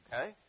Okay